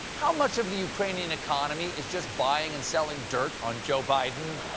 how much of the ukrainian economy is just buying and sell and dirt on joe biden?